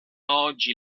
oggi